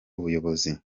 ubuyobozi